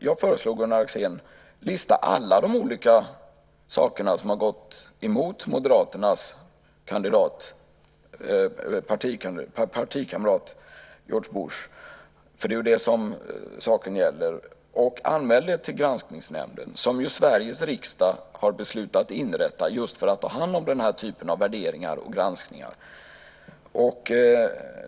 Jag föreslår Gunnar Axén: Lista alla de saker som har gått emot Moderaternas partikamrat George Bush. Det är ju det som saken gäller. Anmäl det till Granskningsnämnden, som Sveriges riksdag har beslutat inrätta just för att ta hand om den här typen av värderingar och granskningar!